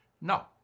No